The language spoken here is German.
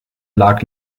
lag